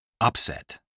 upset